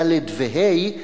ד' וה'.